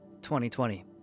2020